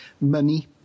money